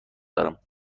دارم